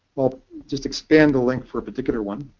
i'll just expand the link for a particular one.